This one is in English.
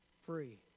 Free